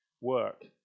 work